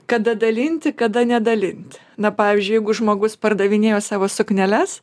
kada dalinti kada nedalint na pavyzdžiui jeigu žmogus pardavinėjo savo sukneles